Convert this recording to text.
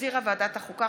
שהחזירה ועדת החוקה,